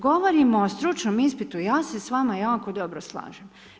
Govorim o stručnom ispitu, ja se s vama jako dobro slažem.